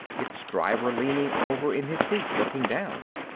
its driver leaning over in his seat, looking down.